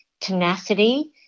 tenacity